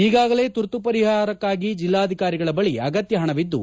ಈಗಾಗಲೇ ತುರ್ತು ಪರಿಹಾರಕ್ಕಾಗಿ ಜಿಲ್ವಾಧಿಕಾರಿಗಳ ಬಳಿ ಅಗತ್ಯ ಪಣವಿದ್ದು